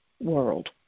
world